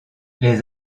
les